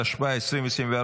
התשפ"ה 2024,